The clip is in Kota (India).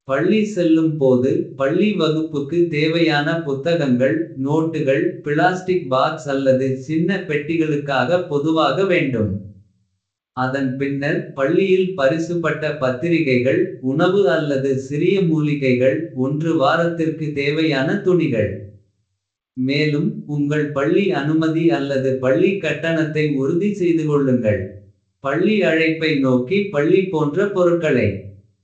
பள்ளி செல்லும் போது பள்ளி வகுப்புக்கு தேவையான. புத்தகங்கள் நோட்டுகள் பிளாஸ்டிக் பாக்ஸ் அல்லது. சின்ன பெட்டிகளுக்காக பொதுவாக வேண்டும். அதன் பின்னர் பள்ளியில் பரிசுப்பட்ட பத்திரிகைகள். உணவு அல்லது சிறிய மூலிகைகள் வாரத்திற்கு. தேவையான துணிகள் மேலும் உங்கள் பள்ளி அனுமதி. அல்லது பள்ளி கட்டணத்தை உறுதி செய்துகொள்ளுங்கள். பள்ளி அழைப்பை நோக்கி பள்ளி போன்ற பொருட்களை.